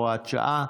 הוראת שעה),